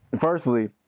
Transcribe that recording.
Firstly